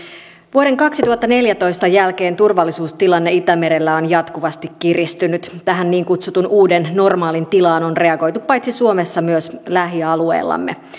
vuoden kaksituhattaneljätoista jälkeen turvallisuustilanne itämerellä on jatkuvasti kiristynyt tähän niin kutsutun uuden normaalin tilaan on reagoitu paitsi suomessa myös lähialueillamme